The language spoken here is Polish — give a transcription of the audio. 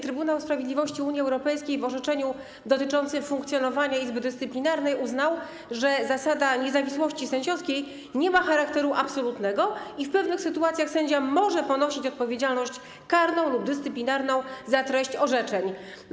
Trybunał Sprawiedliwości Unii Europejskiej w orzeczeniu dotyczącym funkcjonowania Izby Dyscyplinarnej uznał, że zasada niezawisłości sędziowskiej nie ma charakteru absolutnego i w pewnych sytuacjach sędzia może ponosić odpowiedzialność karną lub dyscyplinarną za treść orzeczeń.